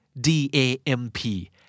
d-a-m-p